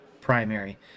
primary